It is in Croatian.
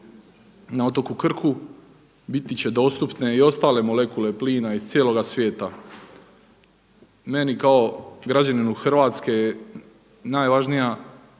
na otoku Krku biti će dostupne i ostale molekule plina iz cijeloga svijeta. Meni kao građaninu Hrvatske najvažnija